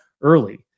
early